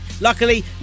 Luckily